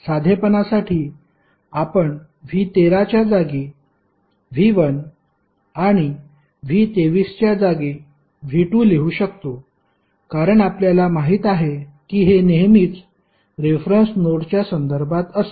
साधेपणासाठी आपण V13 च्या जागी V1 आणि V23 च्या जागी V2 लिहू शकतो कारण आपल्याला माहित आहे की हे नेहमीच रेफरन्स नोडच्या संदर्भात असते